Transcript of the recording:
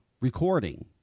recording